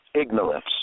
ignorance